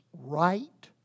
right